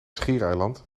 schiereiland